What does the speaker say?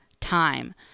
time